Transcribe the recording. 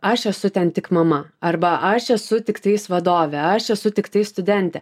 aš esu ten tik mama arba aš esu tiktais vadovė aš esu tiktai studentė